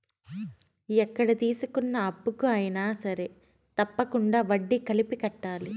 ఎక్కడ తీసుకున్న అప్పుకు అయినా సరే తప్పకుండా వడ్డీ కలిపి కట్టాలి